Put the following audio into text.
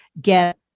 get